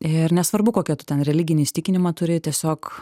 ir nesvarbu kokią tu ten religinį įsitikinimą turi tiesiog